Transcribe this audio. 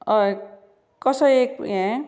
हय कसो एक हें